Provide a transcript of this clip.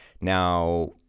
Now